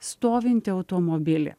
stovintį automobilį